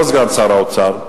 לא סגן שר האוצר.